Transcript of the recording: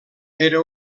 era